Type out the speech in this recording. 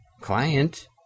client